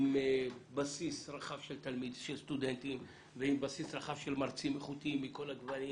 עם בסיס רחב של סטודנטים ועם בסיס רחב של מרצים איכותיים מכל הגוונים.